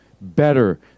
Better